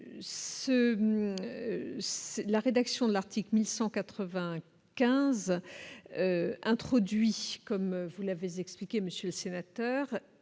la rédaction de l'article 1180 15 introduit comme vous n'avez expliqué Monsieur sénateur.